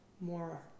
more